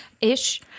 ish